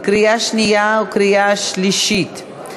קריאה שנייה וקריאה שלישית.